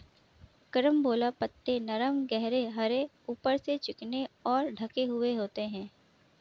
carambola पत्ते नरम गहरे हरे ऊपर से चिकने और ढके हुए होते हैं